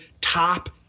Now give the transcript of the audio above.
top